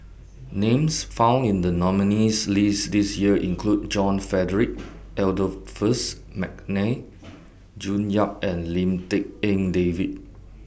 Names found in The nominees' list This Year include John Frederick Adolphus Mcnair June Yap and Lim Tik En David